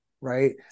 right